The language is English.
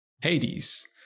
Hades